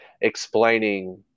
explaining –